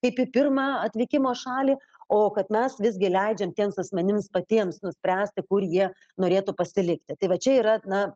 kaip į pirmą atvykimo šalį o kad mes visgi leidžiam tiems asmenims patiems nuspręsti kur jie norėtų pasilikti tai va čia yra na